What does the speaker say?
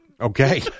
Okay